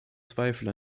zweifel